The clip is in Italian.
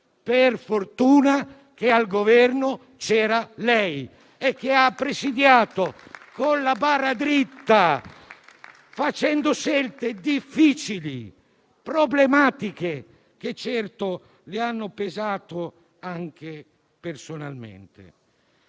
gli italiani che al Governo c'era lei, che ha presidiato con la barra dritta, compiendo scelte difficili, problematiche che certo le hanno pesato, anche personalmente.